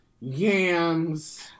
yams